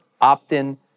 Opt-in